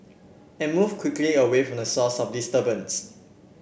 and move quickly away from the source of disturbance